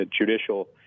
judicial